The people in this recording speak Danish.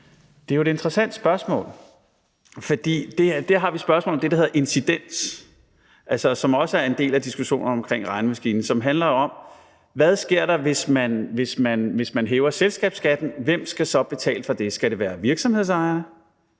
Det er jo et interessant spørgsmål, for der har vi et spørgsmål om det, der hedder incidens, som altså også er en del af diskussionen omkring regnemaskinen, og som handler om, hvad der sker, hvis man hæver selskabsskatten, for hvem skal så betale for det? Skal det være virksomhedsejere?